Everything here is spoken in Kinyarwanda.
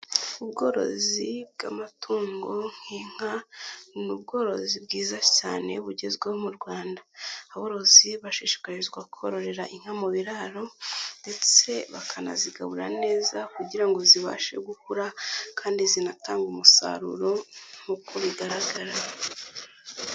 Ubworozi bw'amatungo nk'inka ni ubworozi bwiza cyane bugezweho mu Rwanda. Aborozi bashishikarizwa kororera inka mu biraro ndetse bakanazigaburira neza kugira ngo zibashe gukura kandi zinatange umusaruro nk'uko bigaragara.